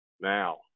now